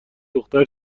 دختر